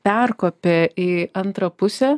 perkopė į antrą pusę